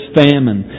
famine